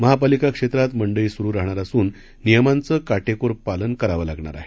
महापालिका क्षेत्रात मंडई सुरू राहणार असून नियमांचं काटेकोर पालन करावं लागणार आहे